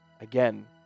again